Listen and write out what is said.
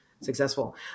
successful